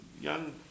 young